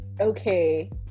Okay